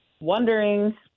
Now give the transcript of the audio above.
Wondering